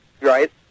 Right